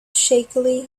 shakily